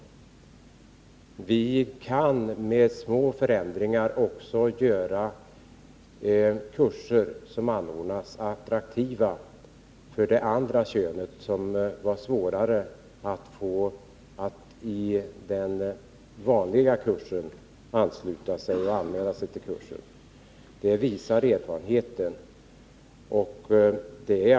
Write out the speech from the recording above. Erfarenheten visar att vi med små förändringar kan göra kurser, som anordnas, attraktiva också för det andra könet, som har svårare att anmäla sig till kursen utan dessa förändringar.